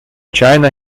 china